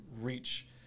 reach